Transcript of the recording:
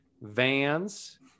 Vans